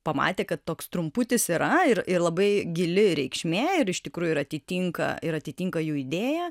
pamatė kad toks trumputis yra ir ir labai gili reikšmė ir iš tikrųjų ir atitinka ir atitinka jų idėją